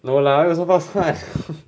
no lah where got so fast [one]